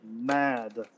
Mad